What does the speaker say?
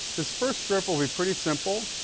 this first script will be pretty simple.